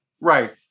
Right